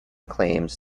claims